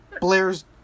Blair's